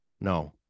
No